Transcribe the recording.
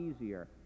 easier